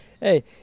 hey